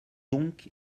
donc